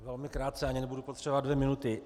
Velmi krátce, ani nebudu potřebovat dvě minuty.